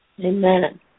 Amen